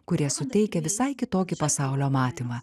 kurie suteikia visai kitokį pasaulio matymą